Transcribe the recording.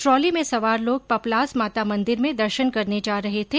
trolley में सवार लोग पपलाज माता मंदिर में दर्शन करने जा रहे थे